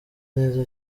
neza